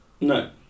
No